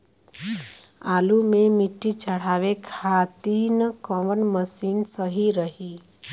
आलू मे मिट्टी चढ़ावे खातिन कवन मशीन सही रही?